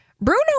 Bruno